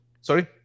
Sorry